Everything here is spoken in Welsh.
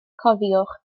cofiwch